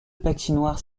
patinoire